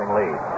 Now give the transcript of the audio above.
lead